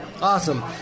Awesome